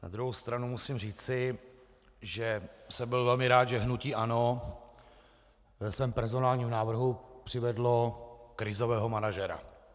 Na druhou stranu musím říci, že jsem byl velmi rád, že hnutí ANO ve svém personálním návrhu přivedlo krizového manažera.